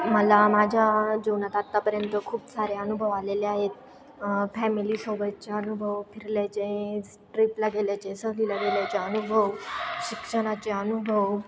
मला माझ्या जीवनात आत्तापर्यंत खूप सारे अनुभव आलेले आहेत फॅमिलीसोबतचे अनुभव फिरल्याचे ट्रीपला गेल्याचे सहलीला गेल्याचे अनुभव शिक्षणाचे अनुभव